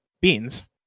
Beans